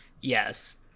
Yes